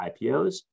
IPOs